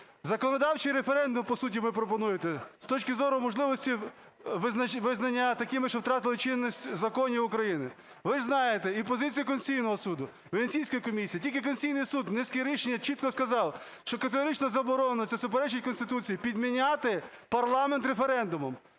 законодавчий референдум, по суті, ви пропонуєте, з точки зору можливості визнання такими, що втратили чинність законів України. Ви ж знаєте, і позиція Конституційного Суду, Венеційської комісії, тільки Конституційний Суд в низці рішень чітко сказав, що категорично заборонено, це суперечить Конституції, підміняти парламент референдумом.